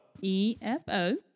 E-F-O